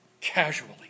casually